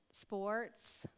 sports